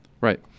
Right